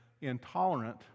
intolerant